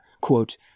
quote